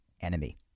enemy